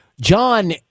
John